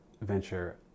venture